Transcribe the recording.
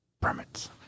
permits